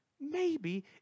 Maybe